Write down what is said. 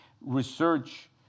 research